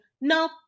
no